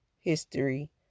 history